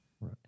Right